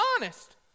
honest